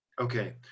Okay